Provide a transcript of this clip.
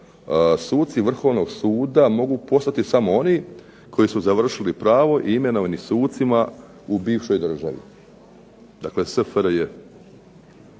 suci Vrhovnog suda mogu postati samo oni koji su završili pravo i imenovani sucima u bivšoj državi, dakle SFRJ.